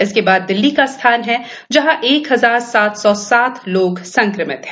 इसके बाद दिल्ली का स्थान है जहां एक हजार सात सौ सात लोग संक्रमित हैं